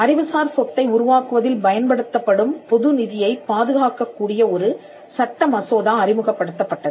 அறிவுசார் சொத்தை உருவாக்குவதில் பயன்படுத்தப்படும் பொது நிதியைப் பாதுகாக்கக்கூடிய ஒரு சட்ட மசோதா அறிமுகப்படுத்தப்பட்டது